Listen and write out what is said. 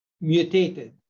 mutated